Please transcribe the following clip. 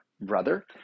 brother